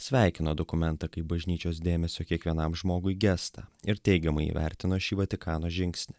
sveikino dokumentą kaip bažnyčios dėmesio kiekvienam žmogui gestą ir teigiamai įvertino šį vatikano žingsnį